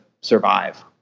survive